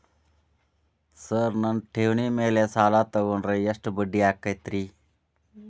Sir ನನ್ನ ಠೇವಣಿ ಮೇಲೆ ಸಾಲ ತಗೊಂಡ್ರೆ ಎಷ್ಟು ಬಡ್ಡಿ ಆಗತೈತ್ರಿ?